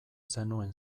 zenuen